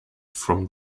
from